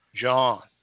John